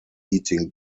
eating